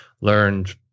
learned